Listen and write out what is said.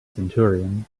centurion